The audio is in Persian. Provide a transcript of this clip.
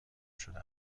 شده